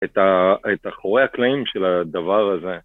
‫את אחורי הקלעים של הדבר הזה.